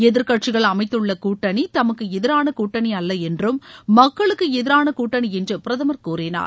எதிர்கட்சிகள் அமைத்துள்ள கூட்டணி தமக்கு எதிரான கூட்டணி அல்ல என்றும் மக்களுக்கு எதிரான கூட்டணி என்று பிரதமர் கூறினார்